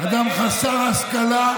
אדם חסר השכלה,